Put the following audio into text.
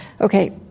okay